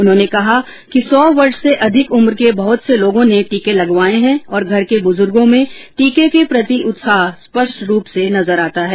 उन्होंने कहा कि सौ वर्ष से अधिक उम्र के बहुत से लोगों ने टीके लगवाये हैं और घर के बुजुर्गो में टीके के प्रति उत्साह स्पष्ट रूप से नजेर आता है